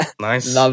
Nice